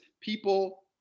people